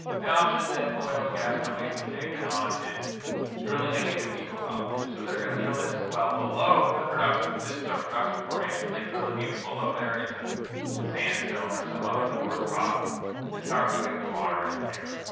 the option that oil and gas companies have taken on is drilling an even deeper well. so they're going to drill this well below the production this is our production formation. they drill it even below there into a sandstone or some other porous rock and start putting the water in there.